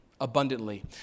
abundantly